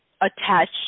attach